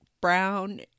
brown